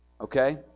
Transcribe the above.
Okay